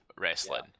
wrestling